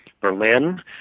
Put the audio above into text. Berlin